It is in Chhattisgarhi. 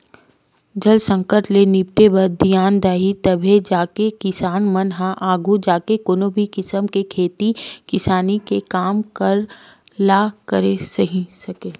जल संकट ले निपटे बर धियान दिही तभे जाके किसान मन ह आघू जाके कोनो भी किसम के खेती किसानी के काम ल करे सकही